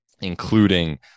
including